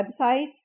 websites